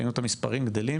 ראינו את המספרים גדלים